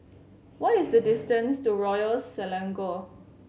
what is the distance to Royal Selangor